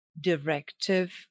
directive